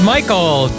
Michael